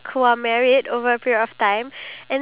I can't see the symbol oh